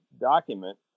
document